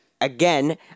Again